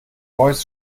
voice